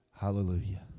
Hallelujah